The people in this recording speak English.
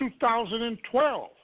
2012